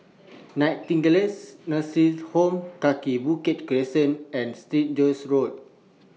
Nightingale Nursing Home Kaki Bukit Crescent and Saint George's Road